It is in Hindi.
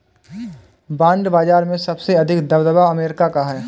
बांड बाजार में सबसे अधिक दबदबा अमेरिका का है